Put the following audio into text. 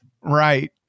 right